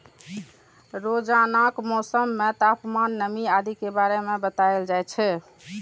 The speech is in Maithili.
रोजानाक मौसम मे तापमान, नमी आदि के बारे मे बताएल जाए छै